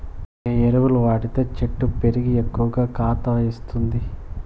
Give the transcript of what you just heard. ఏ ఎరువులు వాడితే చెట్టు పెరిగి ఎక్కువగా కాత ఇస్తుంది?